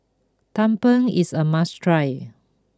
Tumpeng is a must try